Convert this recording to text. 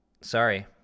Sorry